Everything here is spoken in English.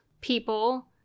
people